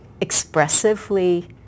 expressively